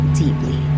deeply